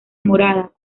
morada